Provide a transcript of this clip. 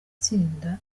tsinda